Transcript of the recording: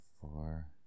four